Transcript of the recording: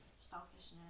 selfishness